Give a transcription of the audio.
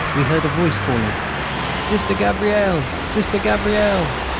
we heard a voice calling sister gabrielle. sister gabrielle.